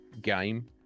game